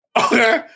Okay